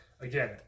again